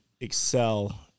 excel